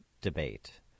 debate